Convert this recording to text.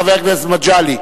חבר הכנסת מגלי והבה.